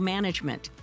Management